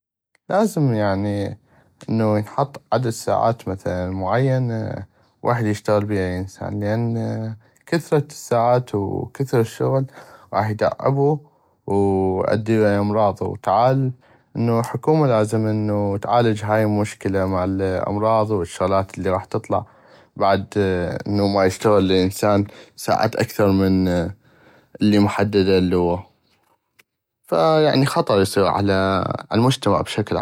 لازم يعني انو ينحط عدد ساعات معين ويحد يشتغل بيها الانسان لان كثرة الساعات وكثرة الشغل غاح يتعبو ويودي امراض وتعب وانو الحكومة لازم انو تعالج هاي المشكلة مال امراض الي راح تطلع بعد انو ما يشتغل الانسان ساعات اكثر من المحددة لوا فا يعني خطر اصير على المجتمع بشكل عام.